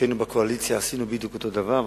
כשהיינו בקואליציה עשינו בדיוק אותו דבר,